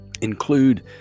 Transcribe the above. Include